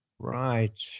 Right